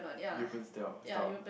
European style style